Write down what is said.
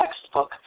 textbook